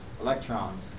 electrons